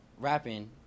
rapping